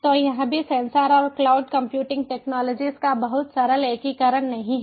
तो यहाँ भी सेंसर और क्लाउड कंप्यूटिंग टेक्नोलॉजीज का बहुत सरल एकीकरण नहीं है